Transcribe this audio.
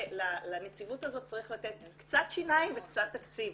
לנציבות הזאת צריך לתת קצת שיניים וקצת תקציב.